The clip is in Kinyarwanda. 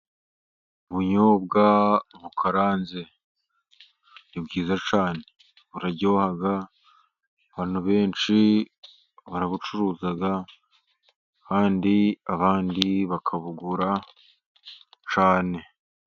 Ubunyobwa bukaranze ni bwiza cyane buraryoha, abantu benshi barabucuruza kandi abandi bakabugura cyane.